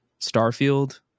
Starfield